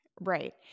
Right